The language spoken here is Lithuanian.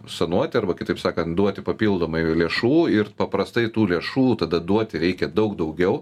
sanuoti arba kitaip sakant duoti papildomai lėšų ir paprastai tų lėšų tada duoti reikia daug daugiau